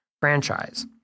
franchise